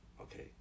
okay